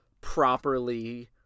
properly